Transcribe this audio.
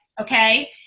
Okay